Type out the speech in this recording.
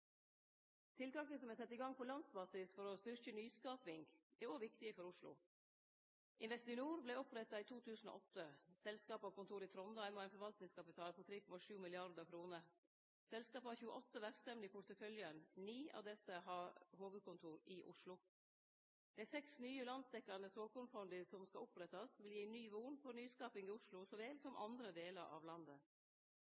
som er sette i gang på landsbasis for å styrkje nyskaping, er òg viktige for Oslo. Investinor vart oppretta i 2008. Selskapet har kontor i Trondheim og har ein forvaltningskapital på 3,7 mrd. kr. Selskapet har 28 verksemder i porteføljen, og 9 av desse har hovudkontor i Oslo. Dei seks nye landsdekkjande såkornfonda som skal opprettast, vil gi ny von for nyskaping i Oslo så vel som